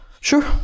Sure